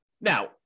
Now